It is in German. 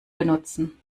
benutzen